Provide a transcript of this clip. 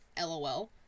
lol